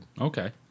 Okay